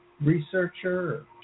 researcher